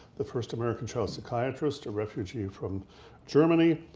the first american child psychiatrist, a refugee from germany.